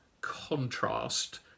contrast